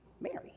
Mary